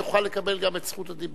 יוכל לקבל גם את זכות הדיבור.